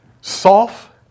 soft